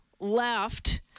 left